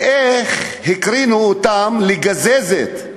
וגם, איך הקרינו עליהם, נגד גזזת,